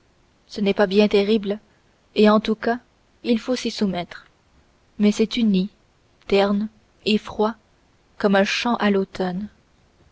ce n'est pas bien terrible et en tout cas il faut s'y soumettre mais c'est uni terne et froid comme un champ à l'automne